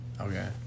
okay